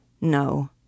No